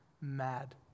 mad